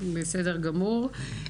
בסדר גמור.